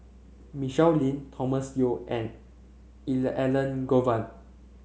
Michelle Lim Thomas Yeo and Elangovan